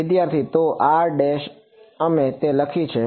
વિદ્યાર્થી તો r અમે તે લખી છે